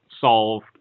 solve